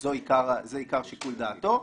אבל זה עיקר שיקול דעתו.